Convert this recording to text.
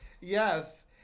yes